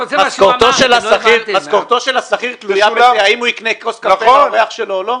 משכורתו של השכיר תלויה בשאלה האם הוא יקנה כוס קפה לאורח שלו או לא?